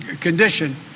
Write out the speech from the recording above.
condition